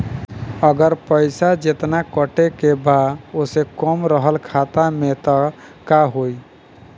अगर पैसा जेतना कटे के बा ओसे कम रहल खाता मे त का होई?